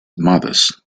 modest